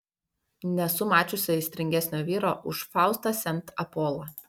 nesu mačiusi aistringesnio vyro už faustą sent apolą